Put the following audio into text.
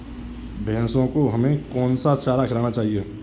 भैंसों को हमें कौन सा चारा खिलाना चाहिए?